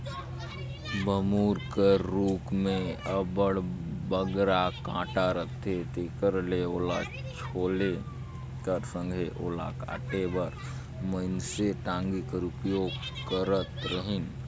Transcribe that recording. बबूर कर रूख मे अब्बड़ बगरा कटा रहथे तेकर ले ओला छोले कर संघे ओला काटे बर मइनसे टागी कर उपयोग करत रहिन